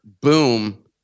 boom